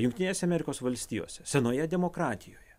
jungtinėse amerikos valstijose senoje demokratijoje